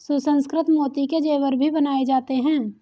सुसंस्कृत मोती के जेवर भी बनाए जाते हैं